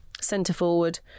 centre-forward